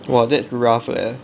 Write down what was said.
!wah! that's rough leh